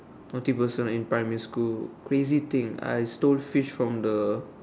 naughty person in primary school crazy thing I stole fish from the